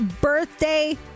birthday